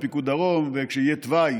לפיקוד דרום וכשיהיה תוואי